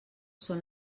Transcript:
són